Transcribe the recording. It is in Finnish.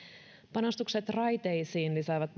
panostukset raiteisiin lisäävät